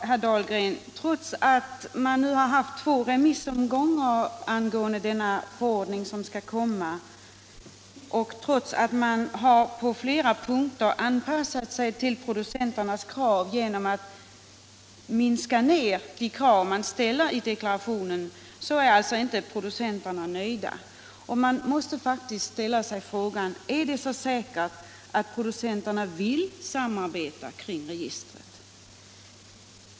Herr talman! Trots att man nu har haft två remissomgångar, herr Dahlgren, angående denna förordning som skall komma, och trots att man på flera punkter har anpassat sig till producenternas önskemål genom att minska de krav man ställer i deklarationen, så är inte producenterna nöjda. Jag måste faktiskt ställa frågan: Är det så säkert att producenterna vill samarbeta kring registret?